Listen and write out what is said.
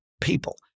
people